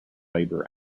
labor